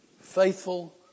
faithful